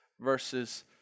versus